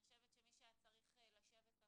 אני חושבת שמי שהיה צריך לשבת כאן,